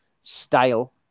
style